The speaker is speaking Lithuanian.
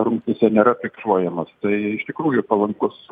rungtyse nėra fiksuojamos tai iš tikrųjų palankus